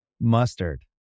Mustard